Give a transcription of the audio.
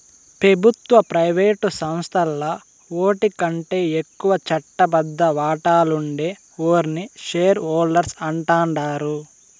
పెబుత్వ, ప్రైవేటు సంస్థల్ల ఓటికంటే ఎక్కువ చట్టబద్ద వాటాలుండే ఓర్ని షేర్ హోల్డర్స్ అంటాండారు